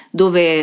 dove